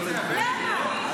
למה?